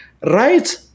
right